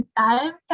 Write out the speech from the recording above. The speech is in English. time